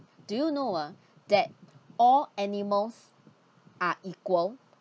do you know ah that all animals are equal